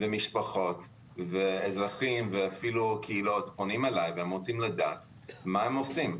משפחות אזרחים וקהילות פונים אליי ורוצים לדעת מה לעשות.